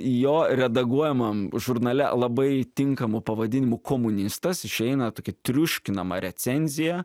jo redaguojamam žurnale labai tinkamu pavadinimu komunistas išeina tokia triuškinama recenzija